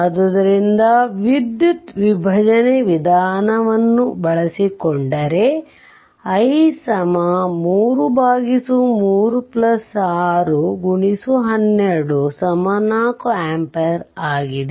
ಆದ್ದರಿಂದ ವಿದ್ಯುತ್ ವಿಭಜನೆ ವಿಧಾನವನ್ನು ಬಳಸಿಕೊಂಡರೆ i 336x124 ಆಂಪಿಯರ್ ಆಗಿದೆ